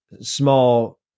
small